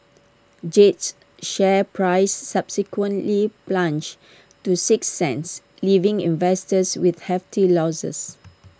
jade's share price subsequently plunged to six cents leaving investors with hefty losses